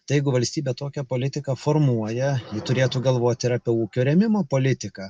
tai jeigu valstybė tokią politiką formuoja ji turėtų galvoti ir apie ūkio rėmimo politiką